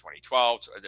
2012